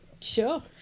sure